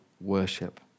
worship